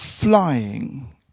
flying